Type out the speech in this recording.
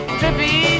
trippy